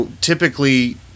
Typically